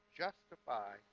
justify